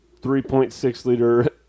3.6-liter